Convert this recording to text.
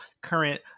current